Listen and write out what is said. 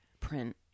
print